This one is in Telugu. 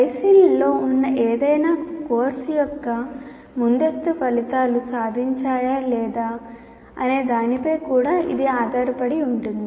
పరిశీలనలో ఉన్న ఏదైనా కోర్సు యొక్క ముందస్తు ఫలితాలు సాధించాయా లేదా అనే దానిపై కూడా ఇది ఆధారపడి ఉంటుంది